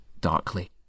darkly